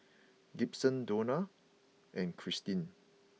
Gibson Dona and Cristine